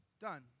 done